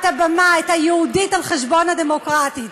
הבמה את ה"יהודית" על חשבון ה"דמוקרטית".